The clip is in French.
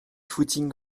footing